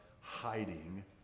hiding